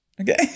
Okay